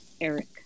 Eric